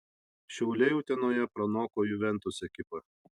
šiauliai utenoje pranoko juventus ekipą